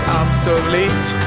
obsolete